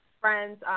friends